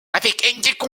avec